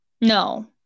No